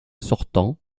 sortant